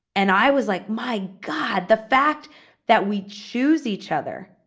and i was like, my god. the fact that we choose each other,